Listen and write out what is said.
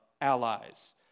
allies